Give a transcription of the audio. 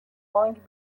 پانگ